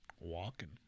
walking